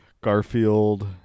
Garfield